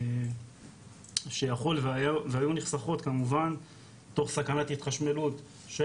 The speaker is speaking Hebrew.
שיכול והיו נחשפות כמובן תוך סכנת התחשמלות של